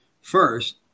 first